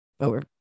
over